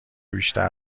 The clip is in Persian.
بیشتر